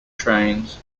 trains